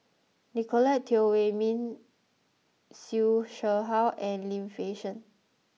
Nicolette Teo Wei Min Siew Shaw Her and Lim Fei Shen